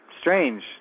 strange